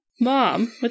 mom